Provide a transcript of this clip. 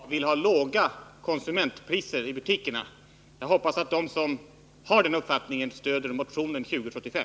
Fru talman! Det gläder mig att Hans Pettersson liksom jag vill ha låga konsumentpriser i butikerna. Jag hoppas att de som har den uppfattningen stöder motion 2075.